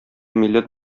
милләт